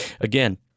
Again